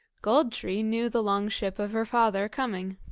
gold-tree knew the long-ship of her father coming.